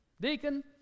Deacon